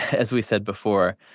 as we said before,